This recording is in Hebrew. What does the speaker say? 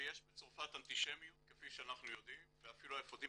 ויש בצרפת אנטישמיות כפי שאנחנו יודעים ואפילו האפודים